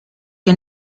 que